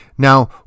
Now